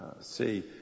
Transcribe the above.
see